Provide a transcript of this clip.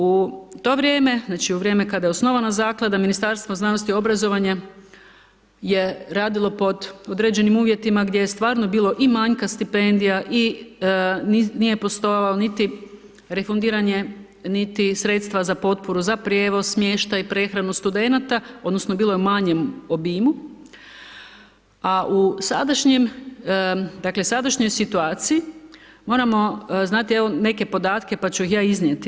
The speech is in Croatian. U to vrijeme, znači u vrijeme kada je osnovana zaklada Ministarstvo znanosti i obrazovanja je radilo pod određenim uvjetima gdje je stvarno bilo i manjka stipendija i nije postojalo niti refundiranje, niti sredstava za potporu, za prijevoz, smještaj, prehranu studenata odnosno bilo je u manjem obimu, a u sadašnjem, dakle sadašnjoj situaciji moramo znati evo neke podatke, pa ću ih ja iznijeti.